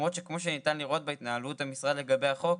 למרות שכמו שניתן לראות בהתנהלות המשרד לגבי החוק,